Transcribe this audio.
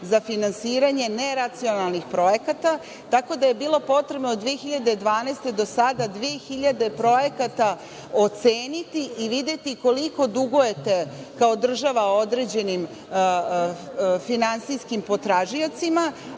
za finansiranje neracionalnih projekata, tako da je bilo potrebno 2012. godine do sada 2.000 projekata oceniti i videti koliko dugujete, kao država, određenim finansijskim potražiocima,